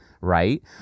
right